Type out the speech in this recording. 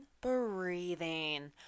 breathing